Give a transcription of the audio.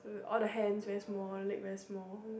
all the hands very small leg very small